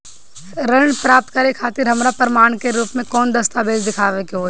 ऋण प्राप्त करे खातिर हमरा प्रमाण के रूप में कौन दस्तावेज़ दिखावे के होई?